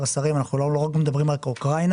השרים אנחנו לא מדברים רק על אוקראינה,